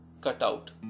cutout